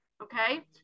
Okay